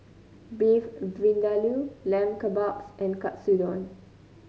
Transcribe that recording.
Beef Vindaloo Lamb Kebabs and Katsudon